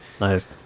Nice